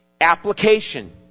application